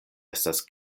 estas